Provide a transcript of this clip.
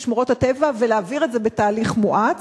שמורות הטבע ולהעביר את זה בתהליך מואץ?